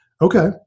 Okay